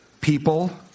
people